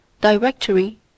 directory